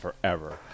forever